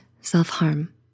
self-harm